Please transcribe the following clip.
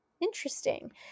interesting